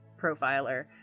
profiler